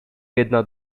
jedna